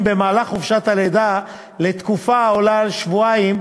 במהלך חופשת הלידה לתקופה העולה על שבועיים,